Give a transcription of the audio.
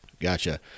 Gotcha